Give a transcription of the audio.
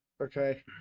okay